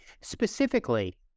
Specifically